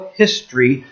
history